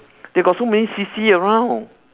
they got so many C_C around